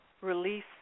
release